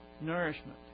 nourishment